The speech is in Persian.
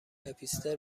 هیپستر